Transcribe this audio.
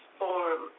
form